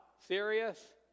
Serious